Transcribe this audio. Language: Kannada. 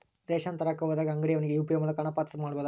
ರೇಷನ್ ತರಕ ಹೋದಾಗ ಅಂಗಡಿಯವನಿಗೆ ಯು.ಪಿ.ಐ ಮೂಲಕ ಹಣ ಪಾವತಿ ಮಾಡಬಹುದಾ?